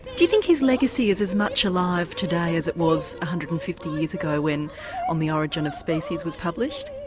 do you think his legacy is as much alive today as it was one hundred and fifty years ago when on the origin of species was published?